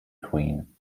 queen